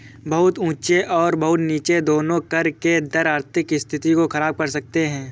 बहुत ऊँचे और बहुत नीचे दोनों कर के दर आर्थिक स्थिति को ख़राब कर सकते हैं